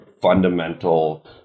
fundamental